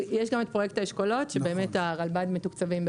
פרויקט האשכולות שבאמת הרלב"ד מתוקצבים בו.